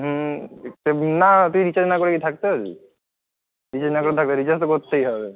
হুম তো না তুই রিচার্জ না করে কি থাকতে পারবি রিচার্জ না করে রিচার্জ তো করতেই হবে